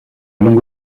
langue